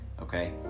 okay